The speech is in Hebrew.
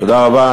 תודה רבה.